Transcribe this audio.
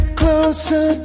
closer